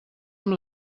amb